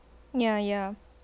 ya ya